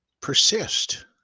persist